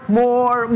more